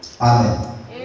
Amen